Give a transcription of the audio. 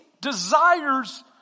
desires